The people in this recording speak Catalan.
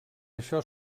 això